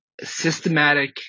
systematic